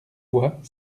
voix